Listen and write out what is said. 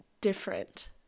different